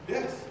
Yes